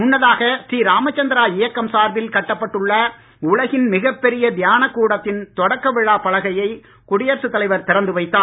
முன்னதாக ஸ்ரீராம சந்திரா இயக்கம் சார்பில் கட்டப்பட்டுள்ள உலகின் மிகப் பெரிய தியான கூடத்தின் தொடக்க விழாப் பலகையை குடியரசுத் தலைவர் திறந்து வைத்தார்